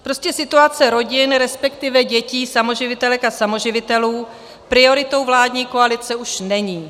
Prostě situace rodin, resp. dětí samoživitelek a samoživitelů, prioritou vládní koalice už není.